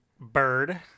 Bird